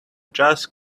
just